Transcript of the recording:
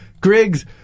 Griggs